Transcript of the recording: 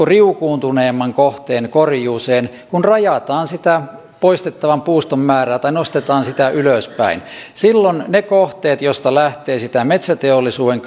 riukuuntuneemman kohteen korjuuseen kun rajataan sitä poistettavan puuston määrää tai nostetaan sitä ylöspäin silloin ne kohteet joista lähtee sitä metsäteollisuuden